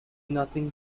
nothing